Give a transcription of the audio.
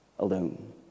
alone